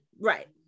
right